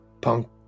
punk